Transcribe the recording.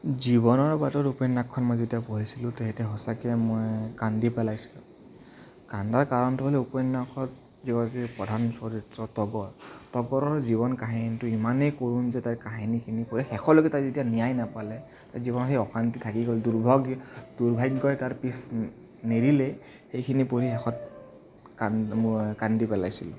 জীৱনৰ বাটত উপন্যাসখন মই যেতিয়া পঢ়িছিলোঁ তেতিয়া সঁচাকৈ মই কান্দি পেলাইছিলোঁ কন্দাৰ কাৰণটো হ'ল উপন্যাসত যিগৰাকী প্ৰধান চৰিত্ৰ তগৰ তগৰৰ জীৱন কাহিনীটো ইমানেই কৰুণ যে তাই কাহিনীখিনি কৈ শেষলৈকে তাই যেতিয়া ন্যায় নাপালে জীৱনত সেই অশান্তি থাকি গ'ল দুৰ্ভগ দুৰ্ভাগ্যই তাৰ পিচ নেৰিলে সেইখিনি পঢ়ি শেষত কান মই কান্দি পেলাইছিলোঁ